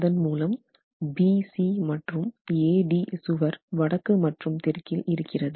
அதன் மூலம் BC மற்றும் AD சுவர் வடக்கு மற்றும் தெற்கில் இருக்கிறது